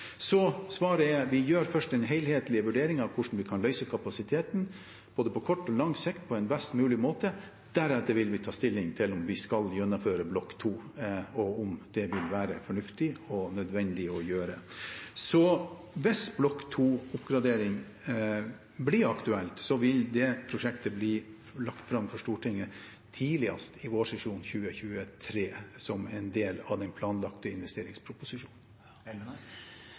Så svaret er: Vi gjør først en helhetlig vurdering av hvordan vi kan løse kapasiteten, på både kort og lang sikt, på en best mulig måte. Deretter vil vi ta stilling til om vi skal gjennomføre Block 2, og om det vil være fornuftig og nødvendig å gjøre. Hvis Block 2-oppgradering blir aktuelt, vil det prosjektet bli lagt fram for Stortinget tidligst i vårsesjonen 2023 som en del av den planlagte investeringsproposisjonen.